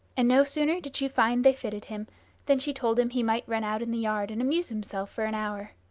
and no sooner did she find they fitted him than she told him he might run out in the yard and amuse himself for an hour.